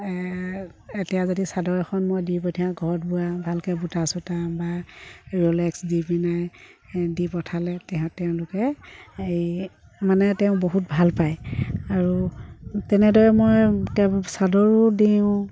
এতিয়া যদি চাদৰ এখন মই দি পঠিয়াওঁ ঘৰত বোৱা ভালকৈ বুটা চুটা বা ৰ'লেক্স দি পিনে দি পঠালে তেওঁলোকে এই মানে তেওঁ বহুত ভাল পায় আৰু তেনেদৰে মই তেওঁ চাদৰো দিওঁ